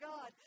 God